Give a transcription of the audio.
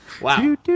Wow